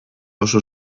oso